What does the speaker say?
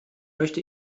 möchte